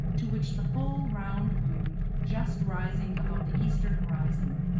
to which the full round moon just rising above the eastern horizon.